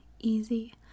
easy